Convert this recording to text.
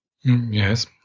yes